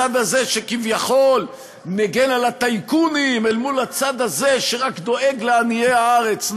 הצד הזה שכביכול מגן על הטייקונים אל מול הצד הזה שרק דואג לעניי הארץ.